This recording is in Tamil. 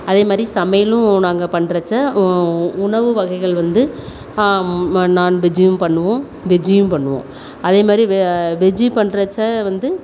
அதேமாதிரி சமையலும் நாங்கள் பண்ணுறச்ச உணவு வகைகள் வந்து நான் வெஜ்ஜும் பண்ணுவோம் வெஜ்ஜும் பண்ணுவோம் அதேமாதிரி வ வெஜ்ஜு பண்றச்சே வந்து